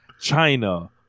China